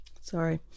Sorry